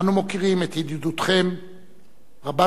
אנו מוקירים את ידידותכם רבת-השנים